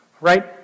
right